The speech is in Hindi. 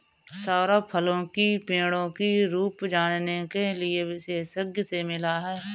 सौरभ फलों की पेड़ों की रूप जानने के लिए विशेषज्ञ से मिला